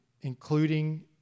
including